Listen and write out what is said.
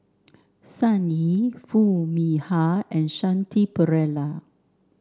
Sun Yee Foo Mee Har and Shanti Pereira